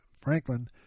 Franklin